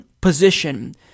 position